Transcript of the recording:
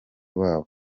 wabo